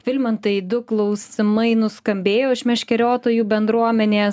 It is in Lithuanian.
vilmantai du klausimai nuskambėjo iš meškeriotojų bendruomenės